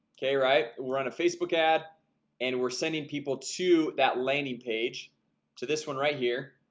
okay, right we're on a facebook ad and we're sending people to that landing page to this one right here